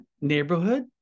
neighborhood